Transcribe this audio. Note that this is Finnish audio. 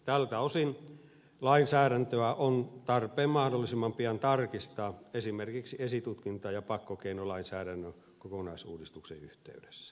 tältä osin lainsäädäntöä on tarpeen mahdollisimman pian tarkistaa esimerkiksi esitutkinta ja pakkokeinolainsäädännön kokonaisuudistuksen yhteydessä